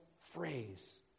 phrase